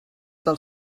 del